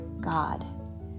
God